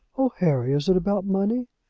oh, harry! is it about money?